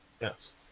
Yes